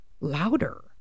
louder